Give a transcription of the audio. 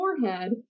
forehead